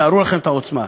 תארו לכם את העוצמה.